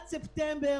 הגדלת התקרה,